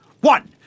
One